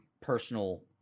personal